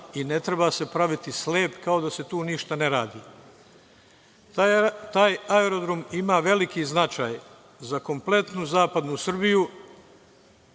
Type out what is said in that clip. i ne treba se praviti slep, kao da se tu ništa ne radi. Taj aerodrom ima veliki značaj za kompletnu zapadnu Srbiju